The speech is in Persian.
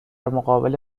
مقابل